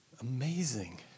Amazing